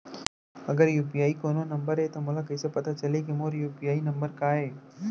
अगर यू.पी.आई कोनो नंबर ये त मोला कइसे पता चलही कि मोर यू.पी.आई नंबर का ये?